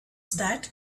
that